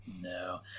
No